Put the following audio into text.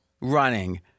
running